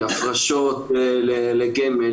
הפרשות לגמל,